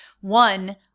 One